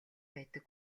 байдаг